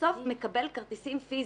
המסוף מקבל כרטיסים פיזיים.